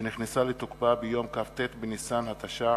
שנכנסה לתוקפה ביום כ"ט בניסן התש"ע,